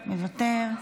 מוותר.